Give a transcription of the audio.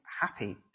happy